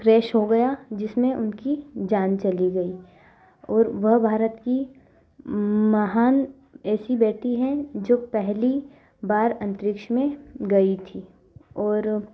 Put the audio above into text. crash हो गया जिसमें उनकी जान चली गई और वह भारत की महान ऐसी बेटी हैं जो पहली बार अंतरिक्ष में गई थीं और